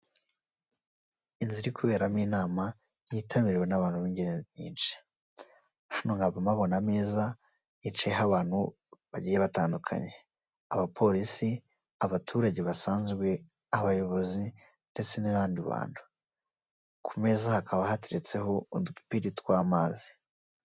Inzu iri kuberamo inama yitabiriwe n'abantu b'ingeri nyinshi, hano nkaba mpabona ameza yicayeho abantu bagiye batandukanye, abapolisi, abaturage basanzwe, abayobozi ndetse n'abandi bantu, ku meza hakaba hateretseho udupipiri tw'amazi.